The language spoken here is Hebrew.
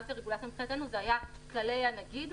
מבחינתנו זה כללי הנגיד,